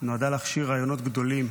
נועדה להכשיר רעיונות גדולים,